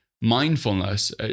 mindfulness